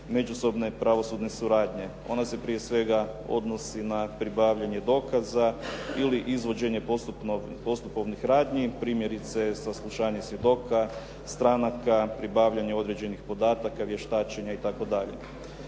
međusobne pravosudne suradnje, ona se prije svega odnosi na pribavljanje dokaza ili izvođenje postupovnih radnji, primjerice saslušane svjedoka, stranaka, pribavljan je određenih podataka, vještačenja itd..